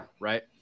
right